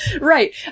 Right